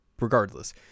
Regardless